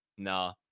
Nah